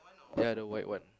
ya the white one